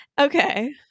Okay